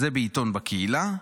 זה בעיתון בקהילה.